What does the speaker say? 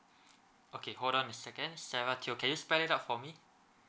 okay hold on a second sarah teo can you spell it out for me